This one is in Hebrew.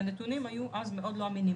ואז הנתונים היו מאוד לא אמינים.